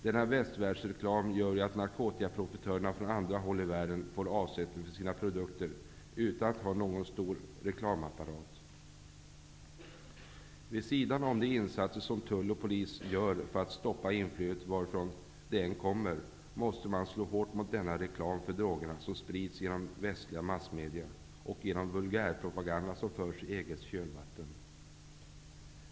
Denna västvärldsreklam gör ju att narkotikaprofitörerna från andra håll i världen får avsättning för sina produkter utan att ha någon stor reklamapparat. Vid sidan om de insatser som tull och polis gör för att stoppa inflödet, varifrån det än kommer, måste man slå hårt mot den reklam för drogerna som sprids genom västliga massmedia och genom vulgärpropagande som förts i EG:s kölvatten.